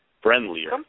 friendlier